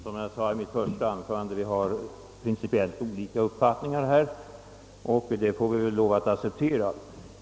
Herr talman! Såsom jag framhöll i mitt första anförande har herr Eliasson i Moholm och jag på denna punkt principiellt olika uppfattningar, vilket vi torde få lov att acceptera.